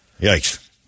Yikes